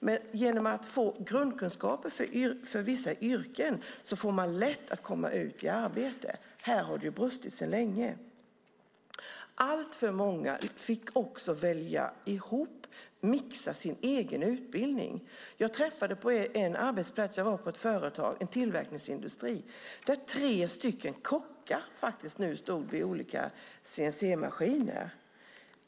Men genom att få grundkunskaper för vissa yrken får man lätt att komma ut i arbete. Här har det brustit sedan länge. Alltför många fick också mixa ihop sin egen utbildning. På en arbetsplats på en tillverkningsindustri träffade jag tre kockar som nu faktiskt stod vid olika CNC-maskiner.